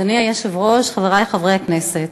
אדוני היושב-ראש, חברי חברי הכנסת,